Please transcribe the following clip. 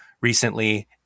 recently